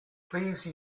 please